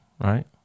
right